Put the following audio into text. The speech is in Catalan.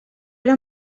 era